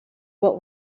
what